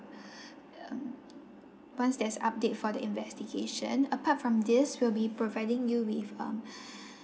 um once there's update for the investigation apart from this we'll be providing you with um